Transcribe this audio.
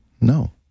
No